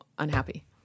Unhappy